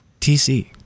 TC